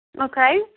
Okay